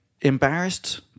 embarrassed